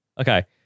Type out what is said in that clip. Okay